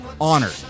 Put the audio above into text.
honored